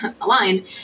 aligned